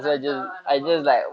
entah ah nak buat apa